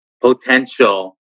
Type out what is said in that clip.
potential